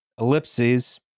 ellipses